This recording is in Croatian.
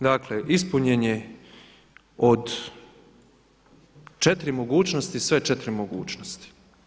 Dakle, ispunjen je od 4 mogućnosti, sve 4 mogućnosti.